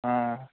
ఆ